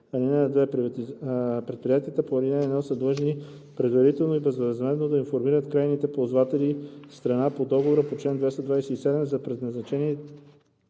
Предприятията по ал. 1 са длъжни предварително и безвъзмездно да информират крайните ползватели – страна по договор по чл. 227, за предназначението